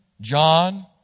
John